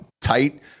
tight